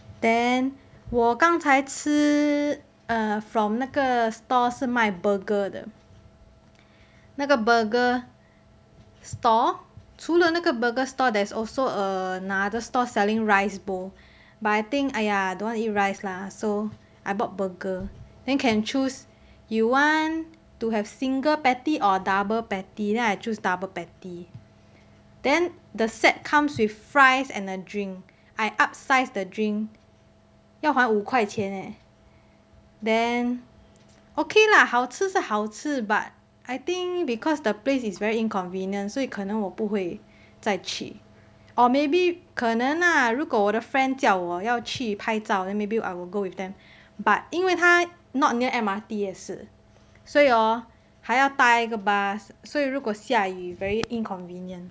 then 我刚才吃 uh from 那个 store 是卖 burger 的那个 burger store 除了那个 burger store there's also another store selling rice bowl but I think !aiya! don't want eat rice lah so I bought burger then can choose you want to have single patty or double patty then I choose double patty then the set comes with fries and a drink I upsized the drink 要还五块钱诶 then okay lah 好吃是好吃 but I think because the place is very inconvenient 所以可能我不会再去 or maybe 可能啦如果我的 friend 叫我要去拍照 then maybe I will go with them but 因为它 not near M_R_T 也是所以 hor 还要搭一个 bus 所以如果下雨 very inconvenient